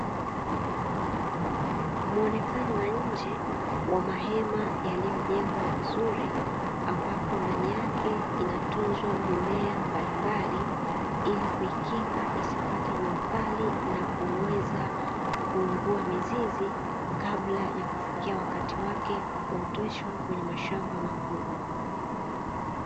Muonekano wa nje wa mahema yaliyojengwa vizuri ambako ndani yake inatunzwa mimea mbalimbali, ili kuikinga isipate juakali na kuweza kuungua mizizi kabla ya kufikia wakati wake wa kuoteshwa kwenye mashamba makubwa.